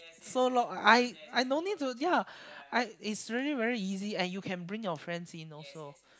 so long I I no need to ya I is really very easy and you can bring your friends in also